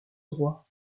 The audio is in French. droit